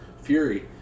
Fury